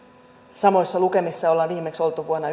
samoissa lukemissa ollaan viimeksi oltu vuonna